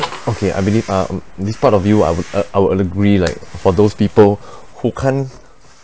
okay I believe uh mm this part of you I would uh I would agree like for those people who can't